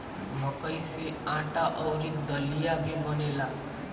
मकई से आटा अउरी दलिया भी बनेला